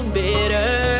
bitter